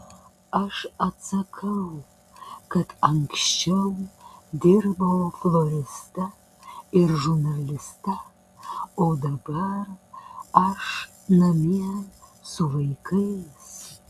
aš atsakau kad anksčiau dirbau floriste ir žurnaliste o dabar aš namie su vaikais